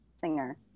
singer